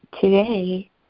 today